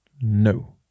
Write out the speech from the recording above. No